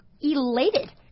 elated